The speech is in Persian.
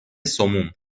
سموم